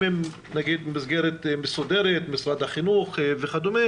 אם הם במסגרת מסודרת כמו משרד החינוך וכדומה